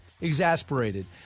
exasperated